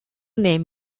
name